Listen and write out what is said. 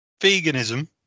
Veganism